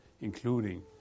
including